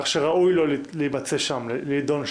כך שראוי לו לידון שם.